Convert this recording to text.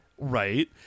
Right